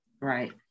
right